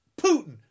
Putin